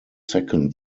second